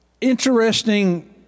Interesting